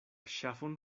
ŝafon